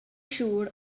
siŵr